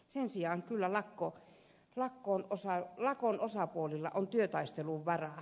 sen sijaan kyllä lakon osapuolilla on työtaisteluun varaa